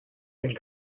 den